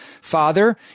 Father